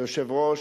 היושב-ראש.